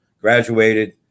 graduated